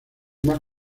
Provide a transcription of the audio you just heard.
más